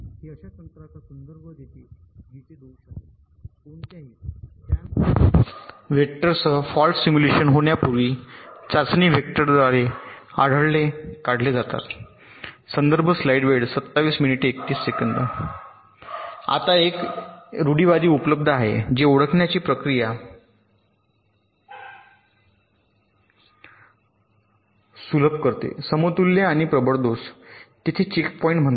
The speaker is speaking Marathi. हे अशा तंत्राचा संदर्भ देते जिथे दोष आहेत कोणत्याही त्यानंतरच्या वेक्टरसह फॉल्ट सिम्युलेशन होण्यापूर्वी चाचणी वेक्टरद्वारे आढळलेले काढले जातात आता तेथे एक रुढीवादी उपलब्ध आहे जे ओळखण्याची प्रक्रिया सुलभ करते समतुल्य आणि प्रबळ दोष तेथे चेकपॉइंट म्हणतात